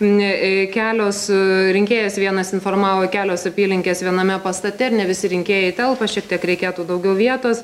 kelios rinkėjas vienas informavo kelios apylinkės viename pastate ar ne visi rinkėjai telpa šiek tiek reikėtų daugiau vietos